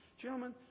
Gentlemen